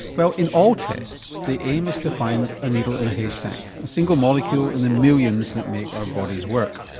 well in all tests, the aim is to find a needle in a haystack a single molecule in the millions that make our bodies work.